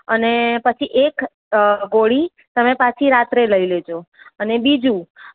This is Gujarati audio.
અને પછી એક ગોળી તમે પાછી રાત્રે લઈ લેજો અને બીજું